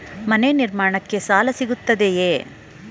ಮನೆ ನಿರ್ಮಾಣಕ್ಕೆ ಸಾಲ ಸಿಗುತ್ತದೆಯೇ?